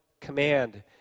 command